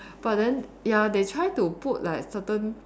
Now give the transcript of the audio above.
but then ya they try to put like certain